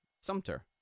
Sumter